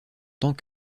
tant